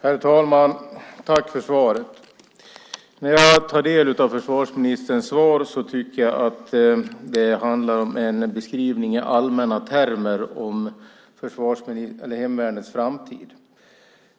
Herr talman! Jag tackar försvarsministern för svaret. När jag tar del av försvarsministerns svar tycker jag att det mer är en beskrivning i allmänna termer av hemvärnets framtid.